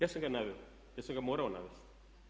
Ja sam ga naveo, ja sam ga morao navesti.